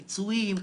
פיצויים,